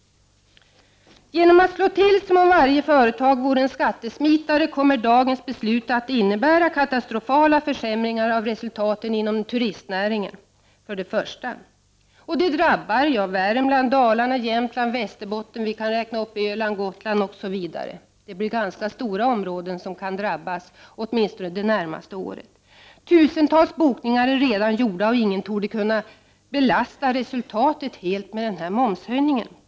Genom att slå till som om varje företag vore en skattesmitare kommer dagens beslut att innebära katastrofala försämringar av resultaten inom turistnäringen. Det drabbar Värmland, Dalarna, Jämtland, Västerbotten, Öland, Gotland osv. Det blir ganska stora områden som kan drabbas åtminstone det närmaste året Tusentals bokningar är redan gjorda, och ingen torde kunna belasta resultatet helt med momshöjningen.